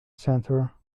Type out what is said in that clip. centre